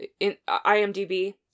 IMDb